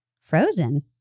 Frozen